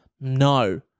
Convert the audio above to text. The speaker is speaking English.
No